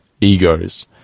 egos